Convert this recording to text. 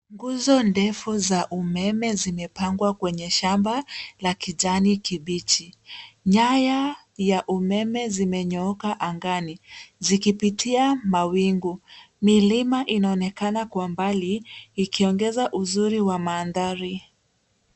Nguzo ndefu za umeme zimepangwa kwenye shamba la kijani kibichi. Nyaya ya umeme zimenyooka angani zikipitia mawingu. Milima inaonekana kwa mbali ikiongeza uzuri wa mandhari.